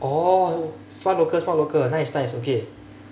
oh smart local smart local nice nice okay